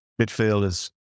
midfielders